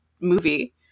movie